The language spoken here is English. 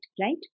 right